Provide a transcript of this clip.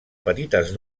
petites